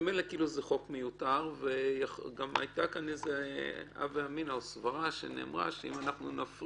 ממילא כאילו זה חוק מיותר וגם עלתה כאן איזו סברה שאמרה שאם נפריד,